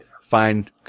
find